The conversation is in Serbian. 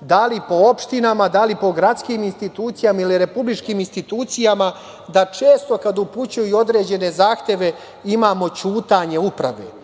da li po opštinama, da li po gradskim institucijama ili republičkim institucijama da često kada upućuju određene zahteve imamo ćutanje uprave,